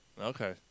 Okay